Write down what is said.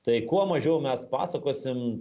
tai kuo mažiau mes pasakosim